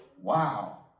Wow